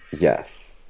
Yes